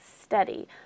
steady